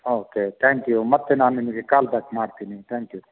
okay thank you ಮತ್ತು ನಾನು ನಿಮಗೆ ಕಾಲ್ ಬ್ಯಾಕ್ ಮಾಡ್ತೀನಿ ತ್ಯಾಂಕ್ ಯು